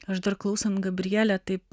aš dar klausant gabrielė taip